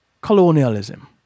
Colonialism